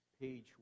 Page